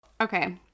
Okay